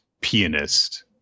pianist